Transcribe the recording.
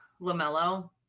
LaMelo